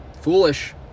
Foolish